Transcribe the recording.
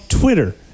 Twitter